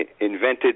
invented